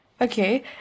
okay